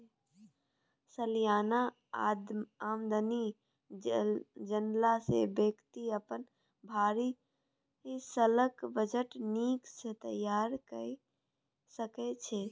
सलियाना आमदनी जनला सँ बेकती अपन भरि सालक बजट नीक सँ तैयार कए सकै छै